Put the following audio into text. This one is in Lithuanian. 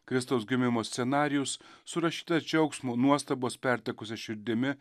kristaus gimimo scenarijus surašytas džiaugsmo nuostabos pertekusia širdimi